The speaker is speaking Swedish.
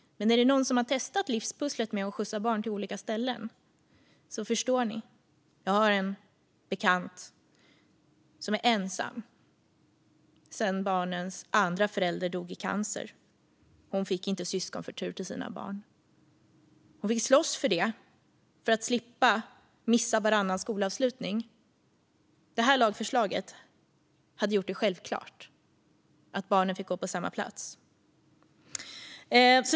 Men är det någon som har testat livspusslet med att skjutsa barn till olika ställen så förstår ni. Jag har en bekant som är ensam sedan barnens andra förälder dog i cancer. Hon fick inte syskonförtur till sina barn. Hon fick slåss för det för att slippa missa varannan skolavslutning. Det här lagförslaget hade gjort det självklart att barnen fick gå på samma plats.